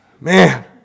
Man